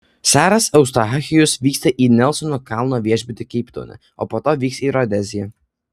seras eustachijus vyksta į nelsono kalno viešbutį keiptaune o po to vyks į rodeziją